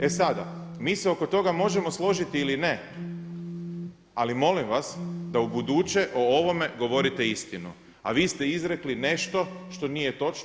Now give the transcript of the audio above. E sada, mi se oko toga možemo složiti ili ne, ali molim vas da u buduće o ovome govorite istinu, a vi ste izrekli nešto što nije točno.